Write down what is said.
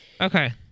Okay